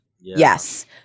Yes